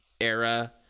era